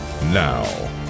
Now